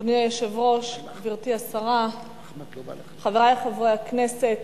אדוני היושב-ראש, גברתי השרה, חברי חברי הכנסת,